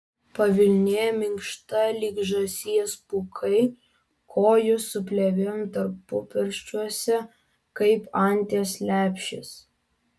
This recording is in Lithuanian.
pavilnė minkšta lyg žąsies pūkai kojos su plėvėm tarpupirščiuose kaip anties lepšės